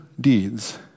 deeds